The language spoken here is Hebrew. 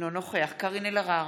אינו נוכח קארין אלהרר,